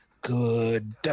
good